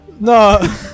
No